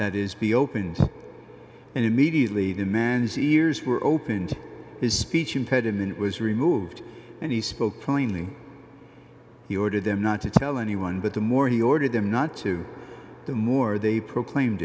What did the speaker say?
that is be open and immediately the man's ears were opened his speech impediment was removed and he spoke plainly he ordered them not to tell anyone but the more he ordered them not to the more they proclaimed